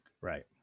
Right